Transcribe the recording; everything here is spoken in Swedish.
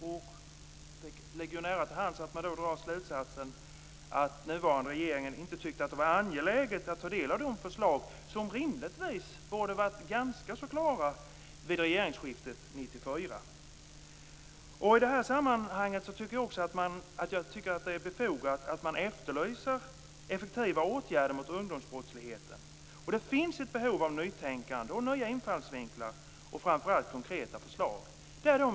Det ligger nära till hands att då dra slutsatsen att den nuvarande regeringen inte tyckte att det var angeläget att ta del av de förslag som rimligtvis borde ha varit ganska klara vid regeringsskiftet 1994. I det här sammanhanget tycker jag också att det är befogat att man efterlyser effektiva åtgärder mot ungdomsbrottsligheten. Det finns ett behov av nytänkande, av nya infallsvinklar och framför allt av konkreta förslag.